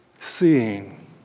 seeing